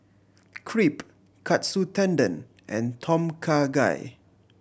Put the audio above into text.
Crepe Katsu Tendon and Tom Kha Gai